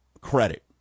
credit